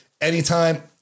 anytime